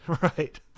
Right